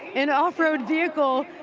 an off-road vehicle?